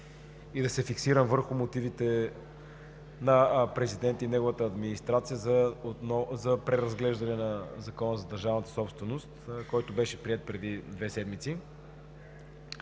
и да се фокусирам върху мотивите на Президента и неговата администрация за преразглеждане на Закона за държавната собственост, който беше приет преди две седмици,